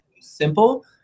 simple